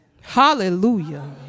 Hallelujah